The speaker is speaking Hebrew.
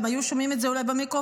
גם היו שומעים את זה אולי במיקרופון.